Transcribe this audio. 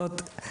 זאת אומרת,